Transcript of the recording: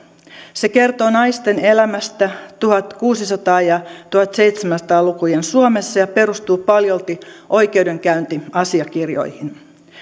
se kertoo naisten elämästä tuhatkuusisataa ja tuhatseitsemänsataa lukujen suomessa ja perustuu paljolti oikeudenkäyntiasiakirjoihin